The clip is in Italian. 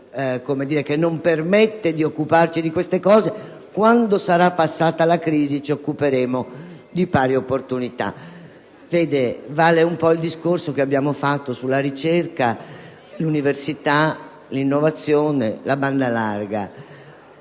cui non ci si può di occupare di queste cose e che quando sarà passata la crisi ci occuperemo di pari opportunità. Vale il discorso che abbiamo fatto sulla ricerca, l'università, l'innovazione e la banda larga: